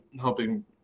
helping